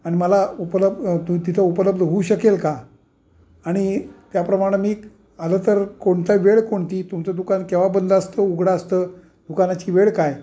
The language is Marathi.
अन मला उपलब् त तिथं उपलब्ध होऊ शकेल का आणि त्याप्रमाणे मी आलं तर कोणता वेळ कोणती तुमचं दुकान केव्हा बंद असतं उघडं असतं दुकानाची वेळ काय